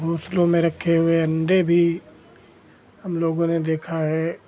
घोंसलों में रखे हुए अण्डे भी हमलोगों ने देखा है